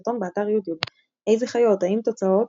סרטון באתר יוטיוב איה חיות, האם תוצאות